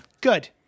good